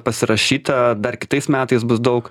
pasirašyta dar kitais metais bus daug